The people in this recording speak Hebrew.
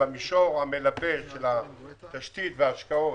במישור המלווה של התשתית וההשקעות.